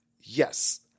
yes